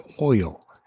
oil